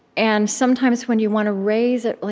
and sometimes, when you want to raise it,